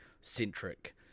centric